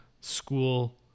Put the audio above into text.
school